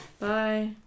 Bye